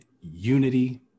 unity